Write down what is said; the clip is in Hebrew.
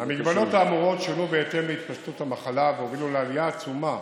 ההגבלות האמורות שונו בהתאם להתפשטות המחלה והובילו לעלייה עצומה